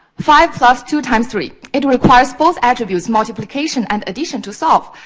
five plus two times three, it requires both attributes, multiplication and addition, to solve.